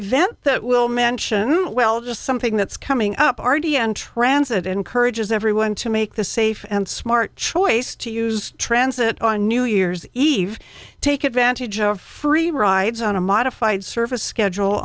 event that will mention well just something that's coming up r t and transit encourages everyone to make the safe and smart choice to use transit on new year's eve take advantage of free rides on a modified service schedule